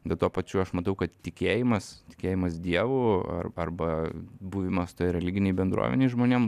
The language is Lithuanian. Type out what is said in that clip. bet tuo pačiu aš matau kad tikėjimas tikėjimas dievu ar arba buvimas toje religinėj bendruomenėj žmonėm